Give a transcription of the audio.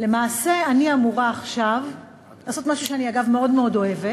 למעשה אני אמורה עכשיו לעשות משהו שאני אגב מאוד מאוד אוהבת,